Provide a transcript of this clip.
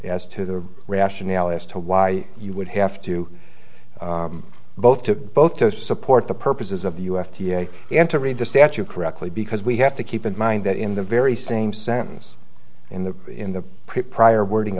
as to the rationale as to why you would have to both took both to support the purposes of the u s d a entering the statute correctly because we have to keep in mind that in the very same sentence in the in the prior wording